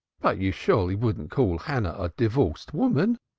but you surely wouldn't call hannah a divorced woman?